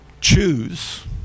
choose